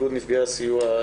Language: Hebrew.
איגוד מרכזי הסיוע,